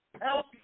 help